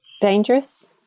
dangerous